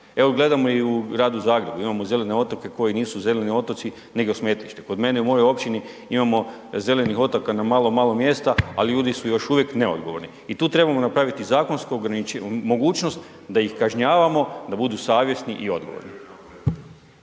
Evo gledamo i u gradu Zagrebu, imamo zelene otoke koji nisu zeleni otoci nego smetlište. Kod mene u mojoj općini imamo zelenih otoka na malo, malo mjesta ali ljudi su još uvijek neodgovorni i tu trebamo napraviti zakonsku mogućnost da ih kažnjavamo da budu savjesni i odgovorni.